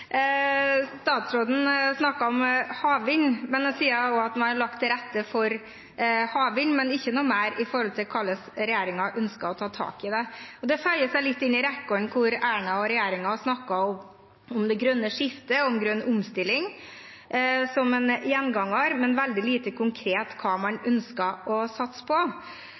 Statsråden snakket om havvind. Han sa at man har lagt til rette for havvind, men ikke noe mer om hvordan regjeringen ønsker å ta tak i det. Det føyer seg litt inn i rekken, der Erna og regjeringen snakker om det grønne skiftet og grønn omstilling – som en gjenganger – men er veldig lite konkret om hva man ønsker å satse på.